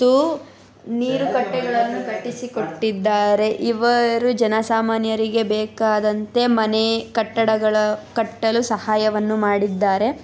ನೀರು ಕಟ್ಟೆಗಳನ್ನು ಕಟ್ಟಿಸಿಕೊಟ್ಟಿದ್ದಾರೆ ಇವರು ಜನ ಸಾಮಾನ್ಯರಿಗೆ ಬೇಕಾದಂತೆ ಮನೆ ಕಟ್ಟಡಗಳ ಕಟ್ಟಲು ಸಹಾಯವನ್ನು ಮಾಡಿದ್ದಾರೆ